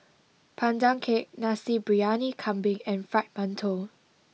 Pandan Cake Nasi Briyani Kambing and Fried Mantou